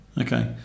Okay